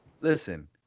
Listen